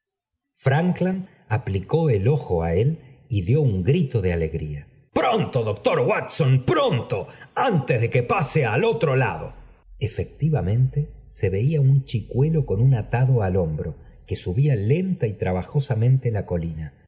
frankland aplicó el ojo á él y dió un grito de alegría pronto doctor wtson pronto antes de que pase al otro lado i efectivamente se veía un chieuelo con un ata'i do al hombro que subía lenta y trabajosamente la t colina